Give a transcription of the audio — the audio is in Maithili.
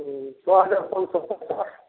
हँ छऽ हज़ार पाँच सए सत्तरि